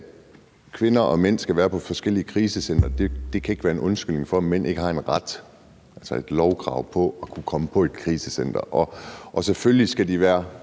at kvinder og mænd skal være på forskellige krisecentre: Det kan ikke være en undskyldning for, at mænd ikke har en ret, altså et lovkrav på at kunne komme på et krisecenter. Selvfølgelig skal de være